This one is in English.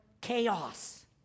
chaos